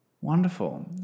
Wonderful